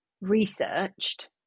researched